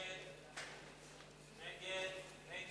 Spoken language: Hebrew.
(נקודת זיכוי ליחיד שסיים לימודים לתואר אקדמי),